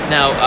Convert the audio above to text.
Now